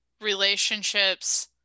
relationships